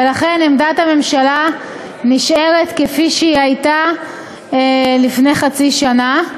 ולכן עמדת הממשלה נשארת כפי שהיא הייתה לפני חצי שנה.